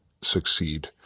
succeed